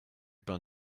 pain